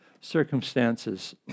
circumstances